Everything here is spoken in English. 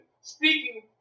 speaking